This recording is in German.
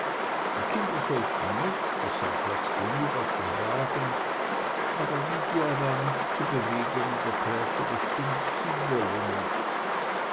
die kinder sollten mit es sei platz genug auf dem wagen aber lydia war nicht zu bewegen und erklärte bestimmt sie wolle nicht